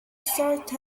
sort